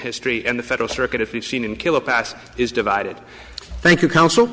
history and the federal circuit if you've seen in kill or past is divided thank you counsel